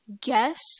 guess